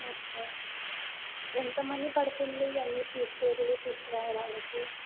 okay ఎంత money పడుతుంది ఇవన్నీ తీసుకువెళ్లి తీసుకురావడానికి